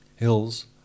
hills